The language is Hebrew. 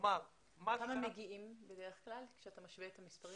לכמה בדרך כלל אתם מגיעים כשאתה משווה את המספרים?